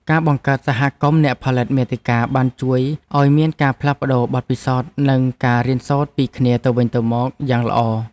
ការបង្កើតសហគមន៍អ្នកផលិតមាតិកាបានជួយឱ្យមានការផ្លាស់ប្តូរបទពិសោធន៍និងការរៀនសូត្រពីគ្នាទៅវិញទៅមកយ៉ាងល្អ។